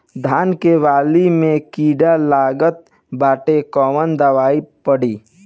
धान के बाली में कीड़ा लगल बाड़े कवन दवाई पड़ी?